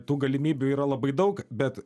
tų galimybių yra labai daug bet